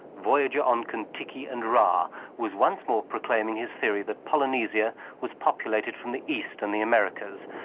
voyager on kon-tiki and ra, was once more proclaiming his theory that polynesia was populated from the east and the americas,